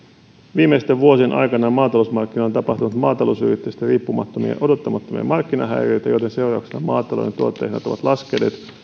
viimeisten vuosien aikana maatalousmarkkinoilla on tapahtunut maatalousyrittäjistä riippumattomia odottamattomia markkinahäiriöitä joiden seurauksena maatalouden tuottajahinnat ovat laskeneet